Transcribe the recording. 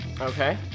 Okay